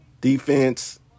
Defense